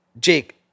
Jake